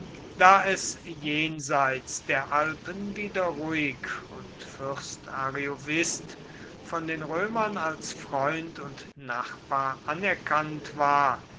da es jenseits der alpen wieder ruhig und fürst ariovist von den römern als freund und nachbar anerkannt war